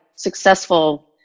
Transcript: successful